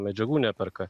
medžiagų neperka